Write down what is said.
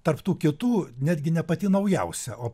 tarp tų kitų netgi ne pati naujausia o